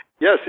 Yes